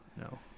no